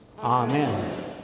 Amen